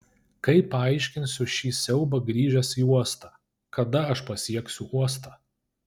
kaip paaiškinsiu šį siaubą grįžęs į uostą kada aš pasieksiu uostą